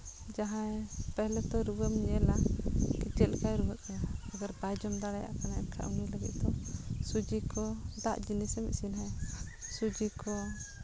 ᱡᱟᱦᱟᱸᱭ ᱯᱮᱦᱞᱮ ᱫᱚ ᱨᱩᱣᱟᱹᱢ ᱧᱮᱞᱟ ᱪᱮᱫ ᱞᱮᱠᱟᱭ ᱨᱩᱣᱟᱹᱜ ᱠᱟᱱᱟ ᱟᱜᱟᱨ ᱵᱟᱭ ᱡᱚᱢ ᱫᱟᱲᱮᱭᱟᱜ ᱠᱟᱱᱟ ᱮᱱ ᱠᱷᱟᱡ ᱩᱱᱤ ᱞᱟᱹᱜᱤᱫ ᱫᱚ ᱥᱩᱡᱤ ᱠᱚ ᱫᱟᱜ ᱡᱤᱱᱤᱥᱮᱢ ᱤᱥᱤᱱ ᱟᱭᱟ ᱥᱩᱡᱤ ᱠᱚ